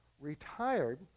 retired